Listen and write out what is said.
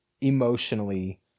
emotionally